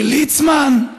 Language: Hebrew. של ליצמן?